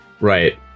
Right